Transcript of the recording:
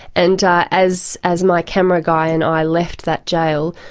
and as as my camera guy and i left that jail,